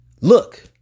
Look